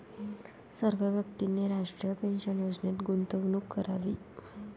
सर्व व्यक्तींनी राष्ट्रीय पेन्शन योजनेत गुंतवणूक करावी